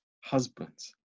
Husbands